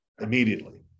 immediately